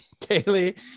Kaylee